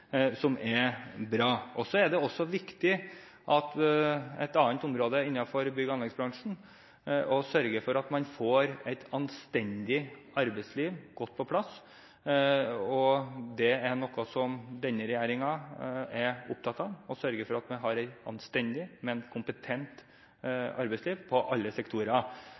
som er bra. Så er også et annet område innenfor bygge- og anleggsbransjen viktig, nemlig å sørge for at man får et anstendig arbeidsliv godt på plass. Det er noe som denne regjeringen er opptatt av: å sørge for at vi har et anstendig, men kompetent arbeidsliv i alle sektorer.